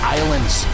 islands